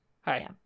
Hi